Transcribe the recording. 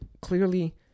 clearly